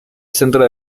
centro